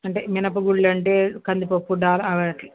అంటే మినపగుళ్ళు అంటే కందిపప్పు దాల్ అవి అట్లా